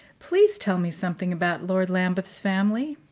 please tell me something about lord lambeth's family.